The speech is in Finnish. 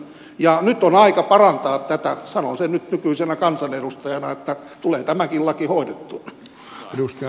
ja nyt on aika parantaa tätä sanon sen nyt nykyisenä kansanedustajana että tulee tämäkin laki hoidettua